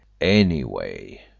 Anyway—